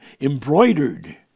embroidered